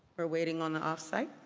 we're waiting on the off-site